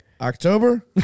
October